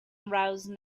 arouse